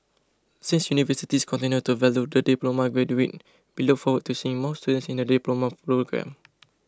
since universities continue to value the diploma graduate we look forward to seeing more students in the Diploma programme